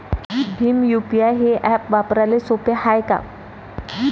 Bhim UPI हे app वापराले सोपे हाय का?